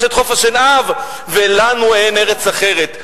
לחוף-השנהב יש חוף-השנהב, ולנו אין ארץ אחרת.